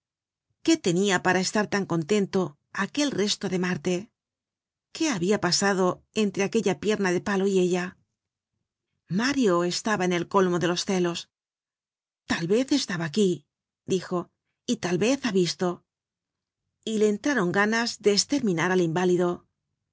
qué teniapara estar tan contento aquel resto de marte qué habia pasado enlreaquella pierna de palo y ella mario estaba en el colmo de los celos tal vez estaba aquí dijo y tal vez ha visto y le entraron ganas de esterminar al inválido con